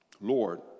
Lord